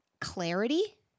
clarity